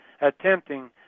attempting